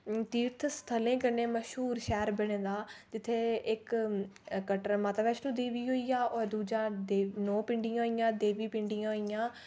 तीर्थ स्थलें कन्नै मश्हूर शैह्र बने दा जित्थै इक कटर माता वैश्णो देवी होइया और दूजा देव नौ पिंडियां होइयां देवी पिंडियां होइयां